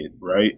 right